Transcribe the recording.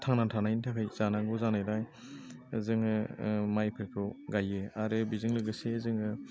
थांना थानायनि थाखाय जानांगौ जानायलाय जोङो माइफोरखौ गायो आरो बेजों लोगोसे जोङो